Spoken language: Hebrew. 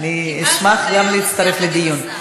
אני אשמח גם להצטרף לדיון.